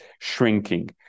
shrinking